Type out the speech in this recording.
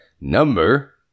Number